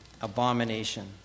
abomination